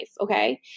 okay